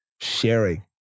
sharing